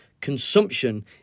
consumption